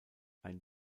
ein